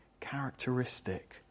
characteristic